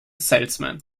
salesman